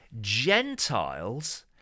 Gentiles